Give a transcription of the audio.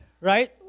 Right